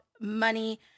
money